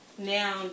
now